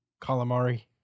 calamari